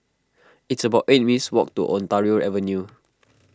it's about eight minutes' walk to Ontario Avenue